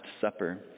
Supper